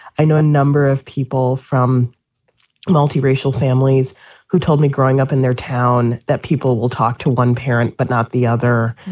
i know a number of people from multiracial multiracial families who told me growing up in their town that people will talk to one parent but not the other,